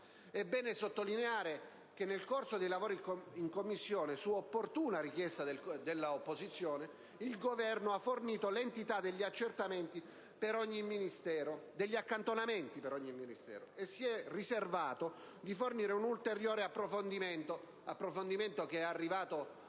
È bene sottolineare che nel corso dei lavori in Commissione, su opportuna richiesta dell'opposizione, il Governo ha fornito l'entità degli accantonamenti per ogni Ministero e si è riservato di fornire un ulteriore approfondimento (arrivato